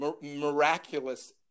miraculous